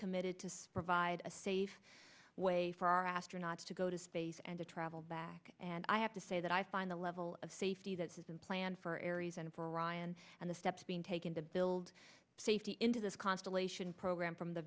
committed to provide a safe way for our astronauts to go to space and to travel back and i have to say that i find the level of safety that has been planned for aries and for ryan and the steps being taken to build safety into this constellation program from the